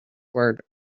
word